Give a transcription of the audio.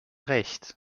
recht